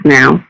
now